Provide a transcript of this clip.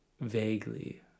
vaguely